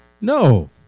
No